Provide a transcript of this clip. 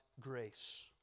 grace